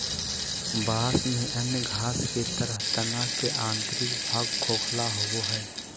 बाँस में अन्य घास के तरह तना के आंतरिक भाग खोखला होबो हइ